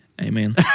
Amen